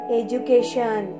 education